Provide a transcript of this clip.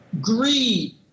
Greed